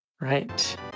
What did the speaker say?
right